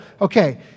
Okay